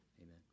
Amen